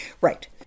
Right